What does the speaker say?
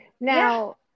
now